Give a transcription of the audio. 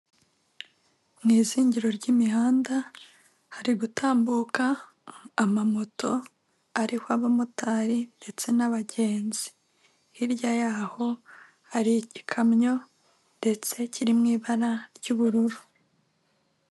Mu izingiro ry'imihanda, hari gutambuka amamoto ariho abamotari ndetse n'abagenzi. Hirya yaho hari igikamyo ndetse kiri mu ibara ry'ubururu.